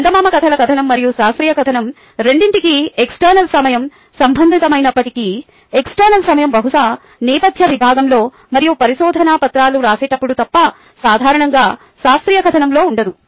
చందమామ కథల కథనం మరియు శాస్త్రీయ కథనం రెండింటికీ ఎక్స్టర్నల్ సమయం సంబంధితమైనప్పటికీ ఇంటర్నల్ సమయం బహుశా నేపథ్య విభాగంలో మరియు పరిశోధన పత్రాలు రాసేటప్పుడు తప్ప సాధారణంగా శాస్త్రీయ కథనంలో ఉండదు